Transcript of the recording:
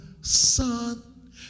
Son